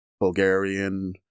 Bulgarian